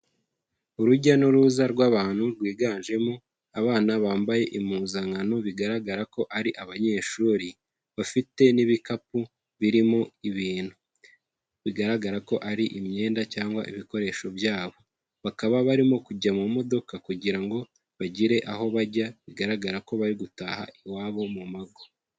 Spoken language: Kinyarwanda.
Urujya n'uruza rw'abantu rwiganjemo abana bambaye impuzankano bigaragara ko ari abanyeshuri, bafite n'ibikapu birimo ibintu, bigaragara ko ari imyenda cyangwa ibikoresho byabo, bakaba barimo kujya mu modoka kugira ngo bagire aho bajya, bigaragara ko bari gutaha iwabo mu mago.